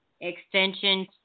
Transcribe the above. extension